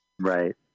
Right